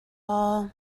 all